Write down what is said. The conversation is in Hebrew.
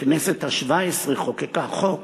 הכנסת השבע-עשרה חוקקה חוק